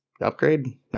Upgrade